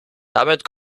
damit